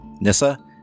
Nissa